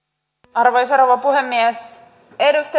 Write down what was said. arvoisa rouva puhemies